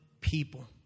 people